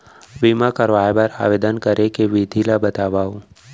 बीमा करवाय बर आवेदन करे के विधि ल बतावव?